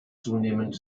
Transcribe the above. zunehmend